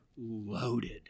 loaded